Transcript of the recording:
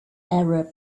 arab